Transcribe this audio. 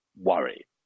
worry